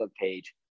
page